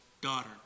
daughter